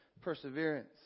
perseverance